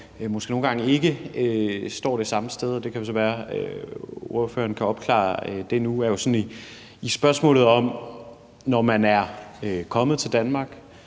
måske nogle gange ikke står det samme sted – og det kan jo så være, ordføreren kan opklare det nu – er i det her spørgsmål: Når man er kommet til Danmark